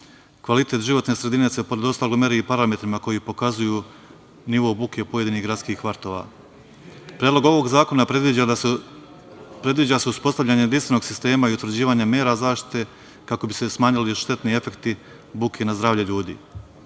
Kvalitet životne sredine se, pored ostalog, meri i parametrima koji pokazuju nivo buke pojedinih gradskih kvartova. Predlogom ovog zakona predviđa se uspostavljanje jedinstvenog sistema i utvrđivanja mera zaštite kako bi se smanjili štetni efekti buke na zdravlje ljudi.